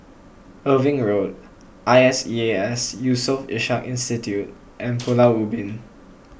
Irving Road I S E A S Yusof Ishak Institute and Pulau Ubin